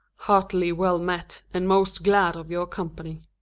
heartily well met, and most glad of your company.